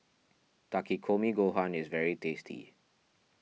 Takikomi Gohan is very tasty